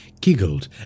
giggled